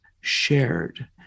shared